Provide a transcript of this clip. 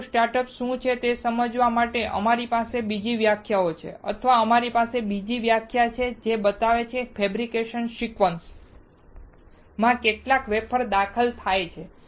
wafer start શું છે તે સમજવા માટે અમારી પાસે બીજી વ્યાખ્યા છે અથવા તેમની પાસે બીજી વ્યાખ્યા છે જે બતાવે છે કે ફેબ્રિકેશન સિક્વન માં કેટલા વેફર દાખલ થયા છે